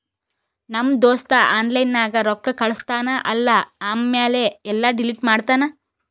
ನಮ್ ದೋಸ್ತ ಆನ್ಲೈನ್ ನಾಗ್ ರೊಕ್ಕಾ ಕಳುಸ್ತಾನ್ ಅಲ್ಲಾ ಆಮ್ಯಾಲ ಎಲ್ಲಾ ಡಿಲೀಟ್ ಮಾಡ್ತಾನ್